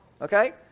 Okay